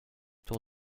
tour